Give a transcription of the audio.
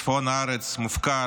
צפון הארץ מופקר,